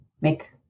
make